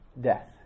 death